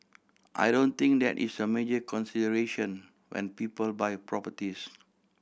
I don't think that is a major consideration when people buy properties